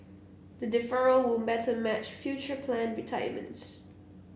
the deferral were matter match future planned retirements